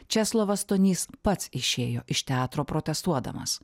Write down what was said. česlovas stonys pats išėjo iš teatro protestuodamas